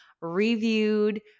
reviewed